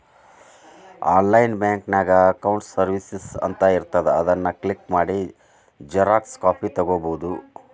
online ಬ್ಯಾಂಕಿನ್ಯಾಗ accounts services ಅಂತ ಇರ್ತಾದ ಅದನ್ ಕ್ಲಿಕ್ ಮಾಡಿ ಝೆರೊಕ್ಸಾ ಕಾಪಿ ತೊಕ್ಕೊಬೋದು